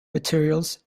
materials